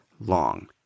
long